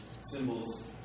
symbols